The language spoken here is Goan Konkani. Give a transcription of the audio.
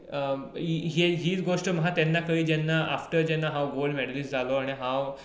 हीच गोश्ट म्हाका तेन्ना कळ्ळी जेन्ना आफटर जेन्ना हांव गोल्ड मेडलिस्ट जालो आनी हांव